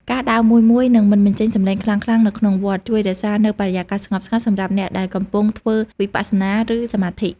ការដើរមួយៗ និងមិនបញ្ចេញសម្លេងខ្លាំងៗនៅក្នុងវត្ត ជួយរក្សានូវបរិយាកាសស្ងប់ស្ងាត់សម្រាប់អ្នកដែលកំពុងធ្វើវិបស្សនា ឬសមាធិ។